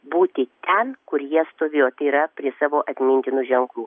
būti ten kur jie stovėjo tai yra prie savo atmintinų ženklų